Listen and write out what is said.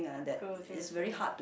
cool true true